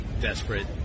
desperate